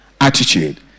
attitude